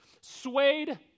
swayed